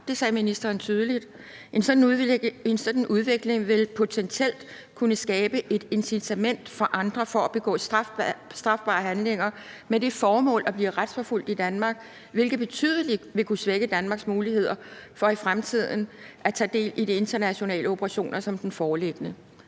Det sagde ministeren tydeligt. En sådan udvikling vil potentielt kunne skabe et incitament for andre til at begå strafbare handlinger med det formål at blive retsforfulgt i Danmark, hvilket betydeligt vil kunne svække Danmarks muligheder for i fremtiden at tage del i internationale operationer som den foreliggende.